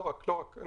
לא רק.